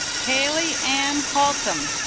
hayley and haltom